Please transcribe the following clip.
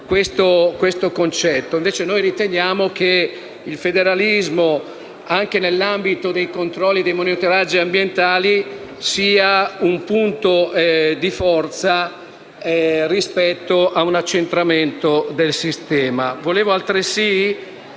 mentre noi riteniamo che il federalismo, anche nell'ambito dei controlli e dei monitoraggi ambientali, sia un punto di forza rispetto a un accentramento del sistema.